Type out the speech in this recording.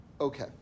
Okay